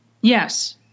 Yes